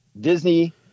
Disney